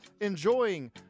enjoying